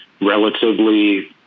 relatively